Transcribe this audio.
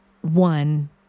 one